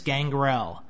Gangrel